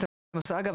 אגב,